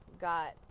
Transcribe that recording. got